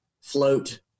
float